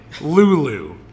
Lulu